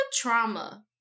trauma